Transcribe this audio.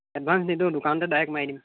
advance নিদিওঁ দোকানতে direct মাৰি দিম